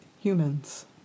humans